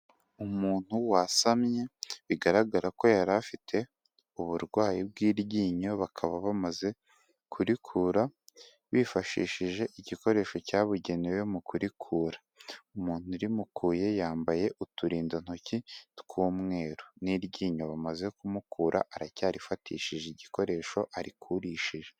Umuntu wasamye bigaragara ko yari afite uburwayi bw'iryinyo bakaba bamaze kurikura bifashishije igikoresho cyabugenewe mu kurikura. Umuntu rimukuye yambaye uturindantoki tw'umweru n'iryinyo bamaze kumukura aracyarifatishije igikoresho arikurishije.